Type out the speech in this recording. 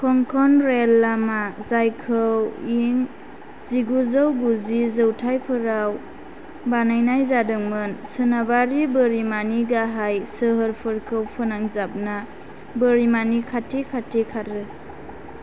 Konkan rail लामा जायखौ इं जिगु जौ गुजि जौथाइफोराव बानायनाय जादोंमोन सोनाबारि बोरिमानि गाहाय सोहोरफोरखौ फोनांजाबना बोरिमानि खाथि खाथि खारो